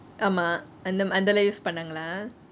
ஆமா அதெல்லாம்:aama atheylam use பன்னாங்களா:panaangelaa